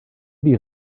die